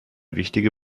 wichtige